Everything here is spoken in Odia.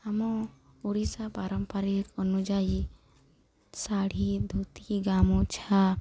ଆମ ଓଡ଼ିଶା ପାରମ୍ପାରିକ ଅନୁଯାୟୀ ଶାଢ଼ୀ ଧୋତି ଗାମୁଛା